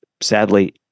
sadly